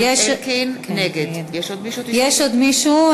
יש עוד מישהו?